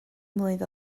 mlwydd